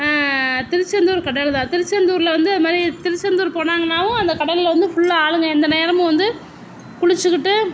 திருச்சந்தூர் கடல்தான் திருச்சந்தூரில் வந்து அது மாதிரி திருச்சந்தூர் போனாங்கனாவும் அந்த கடலில் வந்து ஃபுல்லாக ஆளுங்க எந்த நேரமும் வந்து குளிச்சிக்கிட்டு